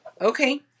okay